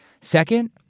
Second